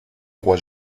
roi